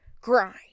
Grind